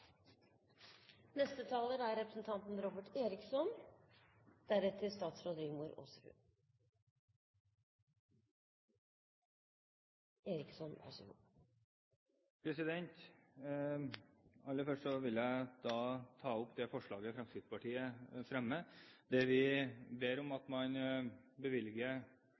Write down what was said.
neste år. Aller først vil jeg ta opp det forslaget Fremskrittspartiet fremmer, der vi har foreslått at man bevilger